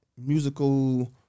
musical